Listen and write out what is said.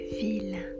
ville